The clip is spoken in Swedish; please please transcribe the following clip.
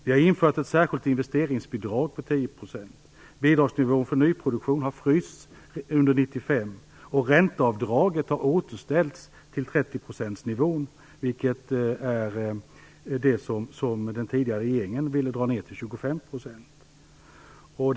Vi har infört ett särskilt investeringsbidrag på 10 %, bidragsnivån på nyproduktion har frysts under 1995, och ränteavdraget - som den tidigare regeringen ville dra ner till 25 %- har återställts till 30-procentsnivån.